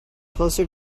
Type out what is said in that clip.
closer